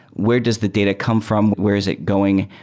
where does the data come from? where is it going?